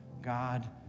God